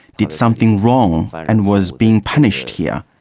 did something wrong and was being punished here.